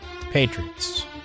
Patriots